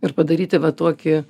ir padaryti va tokį